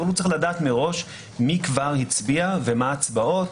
אבל הוא צריך לדעת מראש מי כבר הצביע ומה ההצבעות.